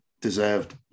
deserved